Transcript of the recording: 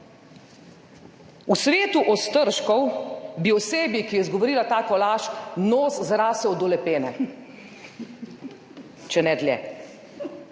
V svetu ostržkov bi osebi, ki je izgovorila tako laž, nos zrasel do Lepene, če ne dlje.